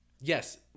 Yes